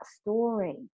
story